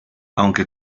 aunque